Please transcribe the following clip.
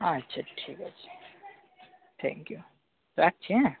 আচ্ছা ঠিক আছে থ্যাংক ইউ রাখছি হ্যাঁ